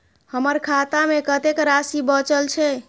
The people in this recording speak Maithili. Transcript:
हमर खाता में कतेक राशि बचल छे?